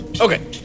Okay